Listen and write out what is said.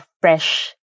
fresh